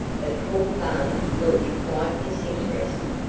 but poor father thought you quite disinterested.